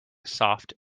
soft